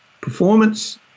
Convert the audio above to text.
performance